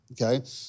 okay